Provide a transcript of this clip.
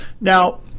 Now